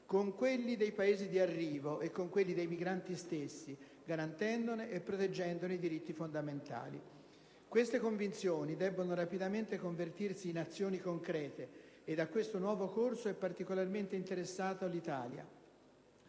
con quelli dei Paesi di arrivo e con quelli dei migranti stessi, garantendone e proteggendone i diritti fondamentali. Queste convinzioni debbono rapidamente convertirsi in azioni concrete ed a questo nuovo corso è particolarmente interessato il